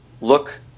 look